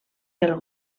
del